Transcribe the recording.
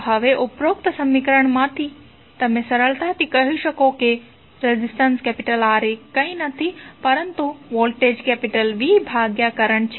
તો હવે ઉપરોક્ત સમીકરણથી તમે સરળતાથી કહી શકો છો કે રેઝિસ્ટન્સ R એ કંઇ નથી વોલ્ટેજ V ભાગ્યા કરંટ છે